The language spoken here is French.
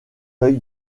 œil